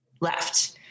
left